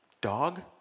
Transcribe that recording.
dog